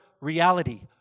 reality